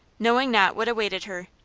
knowing not what awaited her.